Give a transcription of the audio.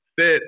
fit